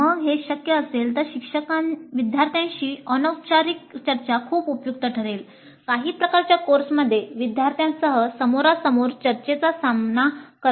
मग हे शक्य असेल तर विद्यार्थ्यांशी अनौपचारिक चर्चा खूप उपयुक्त ठरेल काही प्रकारच्या कोर्समध्ये विद्यार्थ्यांसह समोरासमोर चर्चेचा सामना करा